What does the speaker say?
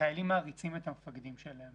החיילים מעריצים את המפקדים שלהם.